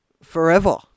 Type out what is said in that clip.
Forever